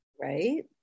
right